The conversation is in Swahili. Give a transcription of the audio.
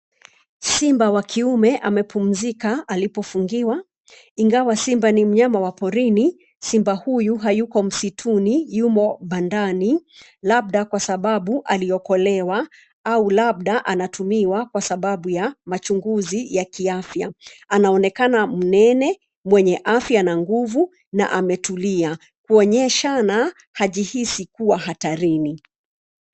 Simba wa kiume amepumzika alipofungiwa. Ingawa simba ni mnyama wa porini, simba huyu hayuko msituni; yumo bandani labda kwa sababu aliokolewa au labda anatumiwa kwa sababu ya machunguzi ya kiafya. Anaonekana mnene, mwenye afya na nguvu na ametulia kuonyeshana hajihisi kuwa hatarini.